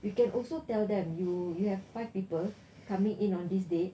you can also tell them you you have five people coming in on this date